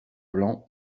blanc